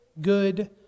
good